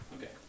Okay